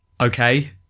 Okay